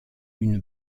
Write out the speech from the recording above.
une